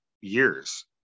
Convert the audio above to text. years